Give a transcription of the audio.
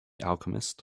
alchemist